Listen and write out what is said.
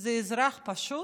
זה האזרח הפשוט,